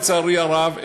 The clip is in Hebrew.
לצערי הרב,